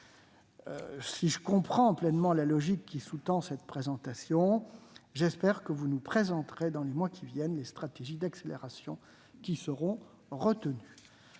si je comprends pleinement la logique qui sous-tend cette présentation, j'espère que vous nous exposerez dans les mois qui viennent les stratégies d'accélération qui seront retenues.